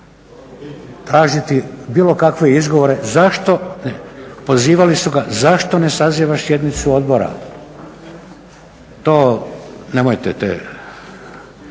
tražiti bilo kakve izgovore zašto, pozivali su ga zašto ne saziva sjednicu odbora? To nemojte te,